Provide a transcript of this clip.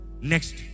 Next